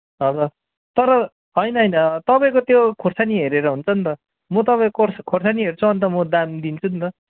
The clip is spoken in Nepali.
हजुर तर होइन होइन तपाईँको त्यो खोर्सानी हेरेर हुन्छ नि त म तपाईँको खोर्सानी हेर्छु अन्त म दाम दिन्छु नि त